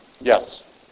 Yes